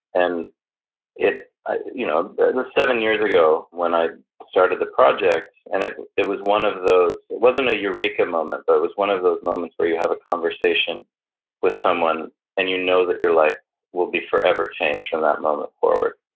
and in you know the seven years ago when i started the project and it it was one of those, it wasn't a eureka moment, but it was one of those moments where you have a conversation with someone and you know that your life will be forever changed in that moment forward.